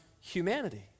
humanity